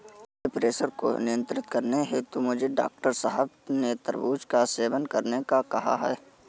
blood pressure को नियंत्रित करने हेतु मुझे डॉक्टर साहब ने तरबूज का सेवन करने को कहा है